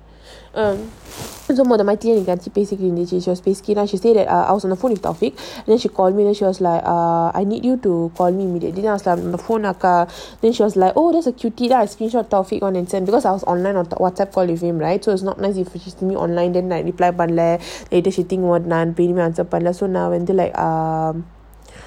basically lah she say that I was on the phone taufik then she call me then she was like err I need you to call me immediately then I was அங்கபோனாக்கா:anga ponaka then she was like ohh that's a cupid that I screenshot taufik on whatsapp because I was online on the whatsapp with him right so it's not nice if she online then I reply பண்ணல:pannala later she think நான்வந்து:nan vandhu um